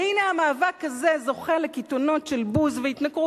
והנה, המאבק הזה זוכה לקיתונות של בוז והתנכרות.